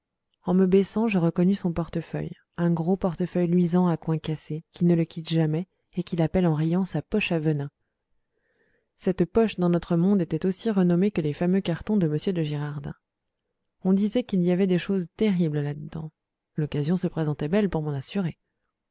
en me baissant je reconnus son portefeuille un gros portefeuille luisant à coins cassés qui ne le quitte jamais et qu'il appelle en riant sa poche à venin cette poche dans notre monde était aussi renommée que les fameux cartons de m de girardin on disait qu'il y avait des choses terribles là dedans l'occasion se présentait belle pour m'en assurer